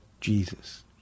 Jesus